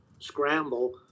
scramble